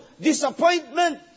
disappointment